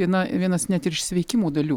viena vienas net ir iš sveikimo dalių